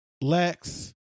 Lex